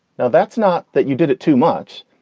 now, that's not that you did it too much.